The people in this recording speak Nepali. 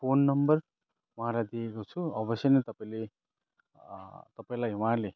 फोन नम्बर उहाँलाई दिएको छु अवश्य नै तपाईँले तपाईँलाई उहाँले